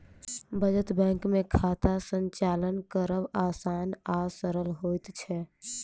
बचत बैंक मे खाता संचालन करब आसान आ सरल होइत छै